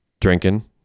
Drinking